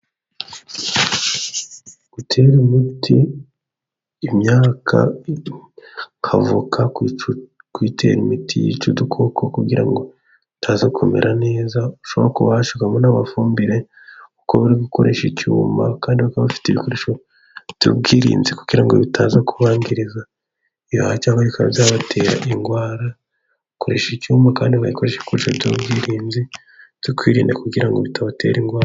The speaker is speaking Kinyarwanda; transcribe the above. Gutera umuti imyaka nka voka, kuyitera imiti yica udukoko kugira ngo utaza kumera neza ushobora kuba washyiramo n'amafumbire , uko uri gukoresha icyuma kandi ukaba bafite ibikoresho by'ubwirinzi kugira, ngo bitaza kubangiriza ibihaha, cyangwa bikaba bizabatera indwarakoreshasha icyuma kandi bayikoresha kurusho by'rinzi tukwirinda kugira ngo bitabatera indwara.